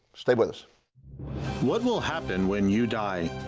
stay with us. what will happen when you die?